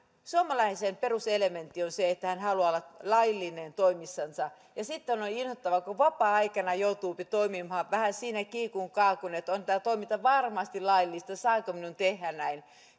suomalaisen peruselementti on se että hän haluaa olla laillinen toimissansa ja sitten on on inhottavaa kun vapaa aikana joutuupi toimimaan vähän siinä kiikun kaakun että onko tämä toiminta varmasti laillista saanko minä tehdä näin